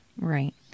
right